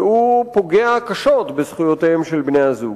והוא פוגע קשות בזכויותיהם של בני-הזוג.